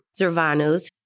Zervanos